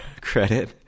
credit